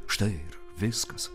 štai ir viskas